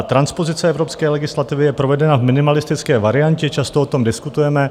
Transpozice evropské legislativy je provedena v minimalistické variantě, často o tom diskutujeme.